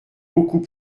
beaucoup